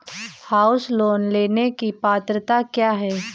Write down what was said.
House loan लेने की पात्रता क्या है?